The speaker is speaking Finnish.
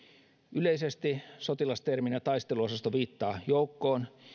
yleisesti sotilasterminä taisteluosasto viittaa joukkoon